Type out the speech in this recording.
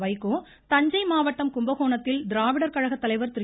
வைகோ தஞ்சை மாவட்டம் கும்பகோணத்தில் திராவிடர் கழக தலைவர் திரு